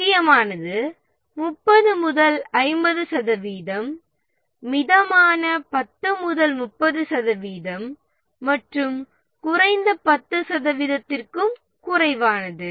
முக்கியமானது 30 முதல் 50 சதவிகிதம் மிதமானது 10 முதல் 30 சதவிகிதம் மற்றும் குறைந்தது 10 சதவிகிதத்திற்கும் குறைவானது